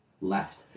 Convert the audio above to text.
left